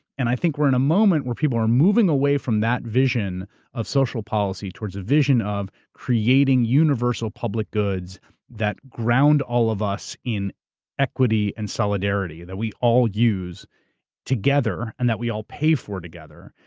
and i think we're in a moment where people are moving away from that vision of social policy towards a vision of creating universal public goods that ground all of us in equity and solidarity, that we all use together, and that we all pay for together.